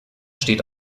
steht